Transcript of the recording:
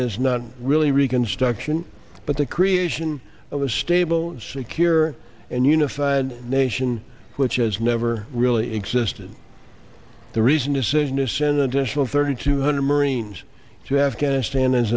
is not really reconstruction but the creation of a stable secure and unified nation which has never really existed the reason decision ascendant additional thirty two hundred marines to afghanistan is